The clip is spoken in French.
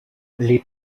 les